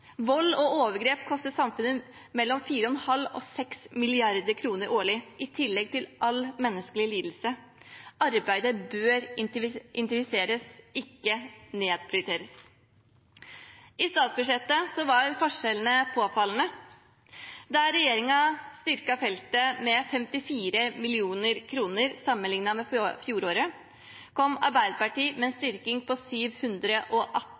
Vold og overgrep koster samfunnet mellom 4,5 mrd. kr og 6 mrd. kr årlig, i tillegg til all menneskelig lidelse. Arbeidet bør intensiveres, ikke nedprioriteres. I statsbudsjettet var forskjellene påfallende. Der regjeringen styrket feltet med 54 mill. kr sammenlignet med fjoråret, kom Arbeiderpartiet med en styrking på 718